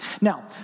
Now